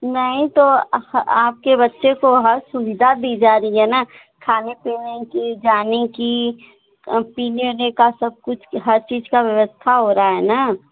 नहीं तो आ आपके बच्चे को हर सुविधा दी जा रही है ना खाने पीने की जाने की पीने उने का सब कुछ हर चीज़ की व्यवस्था हो रही है ना